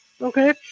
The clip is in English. okay